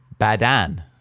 Badan